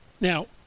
Now